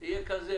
יהיה אחר,